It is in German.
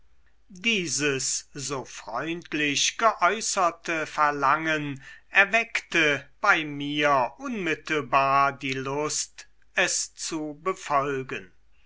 dieses so freundlich geäußerte verlangen erweckte bei mir unmittelbar die lust es zu befolgen